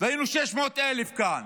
היינו 600,000 כאן